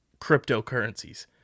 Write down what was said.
cryptocurrencies